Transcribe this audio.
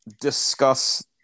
Discuss